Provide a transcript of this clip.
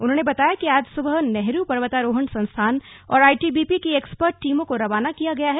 उन्होंने बताया कि आज सुबह नेहरू पर्वतारोहण संस्थान और आईटीबीपी की एक्सपर्ट टीमों को रवाना किया गया हैं